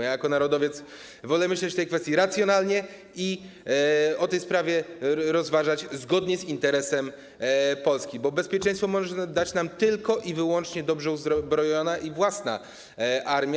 Jako narodowiec wolę myśleć w tej kwestii racjonalnie i o tej sprawie rozważać zgodnie z interesem Polski, bo bezpieczeństwo może dać nam tylko i wyłącznie dobrze uzbrojona i własna armia.